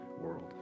world